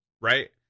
right